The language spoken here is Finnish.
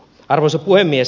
arvoisa puhemies